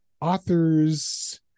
author's